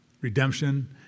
redemption